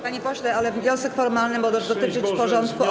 Panie pośle, ale wniosek formalny może dotyczyć porządku obrad.